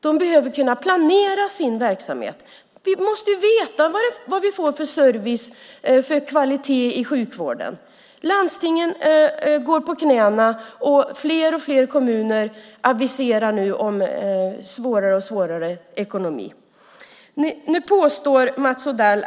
De behöver kunna planera sin verksamhet. Vi måste veta vad vi får för service och för kvalitet i sjukvården. Landstingen går på knäna, och fler och fler kommuner aviserar nu svårare och svårare tider för ekonomin.